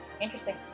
Interesting